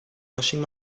washing